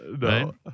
No